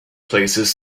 places